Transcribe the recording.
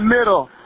middle